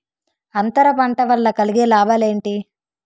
అంతర పంట వల్ల కలిగే లాభాలు ఏంటి